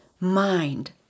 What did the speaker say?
Mind